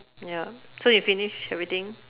ya so you finish everything